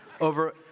over –